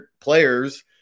players